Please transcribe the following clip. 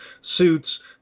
suits